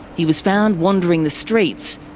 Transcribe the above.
he was found wandering the streets,